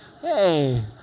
hey